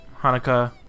Hanukkah